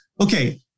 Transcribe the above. okay